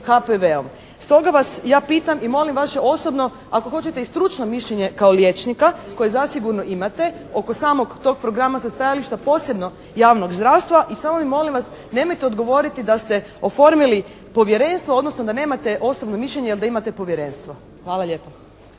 HPV-om. Stoga vas ja pitam i molim vaše osobno, ako hoćete i stručno mišljenje kao liječnika koje zasigurno imate oko samog tog programa sa stajališta posebno javnog zdravstva i samo mi molim vas nemojte odgovoriti da ste oformili povjerenstvo, odnosno da nemate osobno mišljenje jer da imate povjerenstvo. Hvala lijepo.